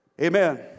Amen